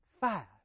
Five